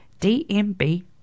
DMB